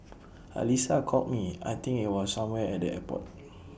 Alyssa called me I think IT was somewhere at the airport